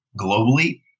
globally